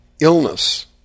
illness